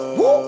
woo